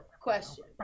question